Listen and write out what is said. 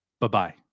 Bye-bye